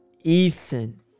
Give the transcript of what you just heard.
Ethan